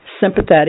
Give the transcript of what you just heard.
sympathetic